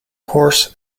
course